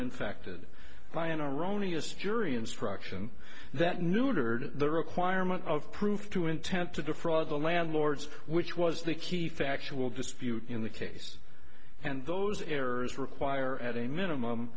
infected by an erroneous jury instruction that neutered the requirement of proof to intent to defraud the landlords which was the key factual dispute in the case and those errors require at a minimum